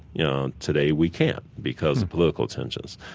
you know. today we can't because of political tensions.